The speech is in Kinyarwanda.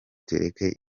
tureke